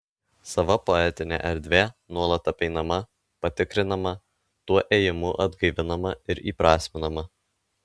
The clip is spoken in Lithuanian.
sava poetinė erdvė nuolat apeinama patikrinama tuo ėjimu atgaivinama ir įprasminama